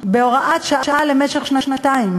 כהוראת שעה למשך שנתיים,